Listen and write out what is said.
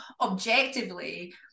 objectively